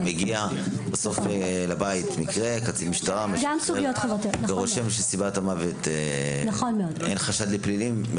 בסוף מגיע לבית קצין משטרה ורושם שאין חשד לפלילים בסיבת המוות,